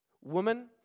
Woman